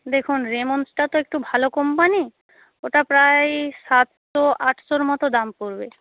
দেখুন রেমন্ডসটাতো একটু ভালো কোম্পানি ওটা প্রায় সাতশো আটশোর মতো দাম পড়বে